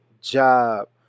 job